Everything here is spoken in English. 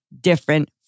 different